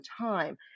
time